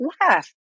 laugh